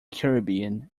caribbean